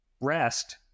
rest